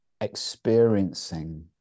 experiencing